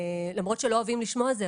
למרות שלא אוהבים לשמוע את זה,